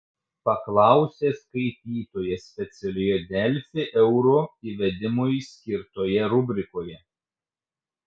paklausė skaitytojas specialioje delfi euro įvedimui skirtoje rubrikoje